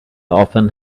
often